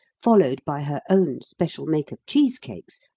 followed by her own special make of cheesecakes,